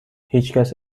هیچکس